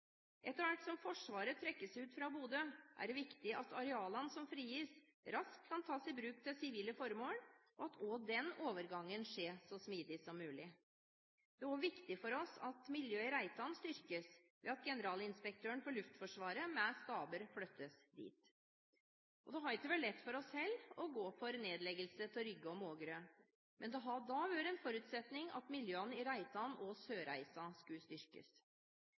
Etter hvert som Forsvaret trekkes ut fra Bodø, er det viktig at arealene som frigis, raskt kan tas i bruk til sivile formål, og at også den overgangen skjer så smidig som mulig. Det er også viktig for oss at miljøet i Reitan styrkes, ved at Generalinspektøren for Luftforsvaret, med staber, flyttes dit. Det har heller ikke vært lett for oss å gå inn for nedleggelse av Rygge og Mågerø, men det har da vært en forutsetning at miljøene i Reitan og Sørreisa skulle styrkes.